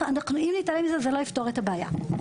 אם נתעלם מזה זה לא יפתור את הבעיה.